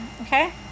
Okay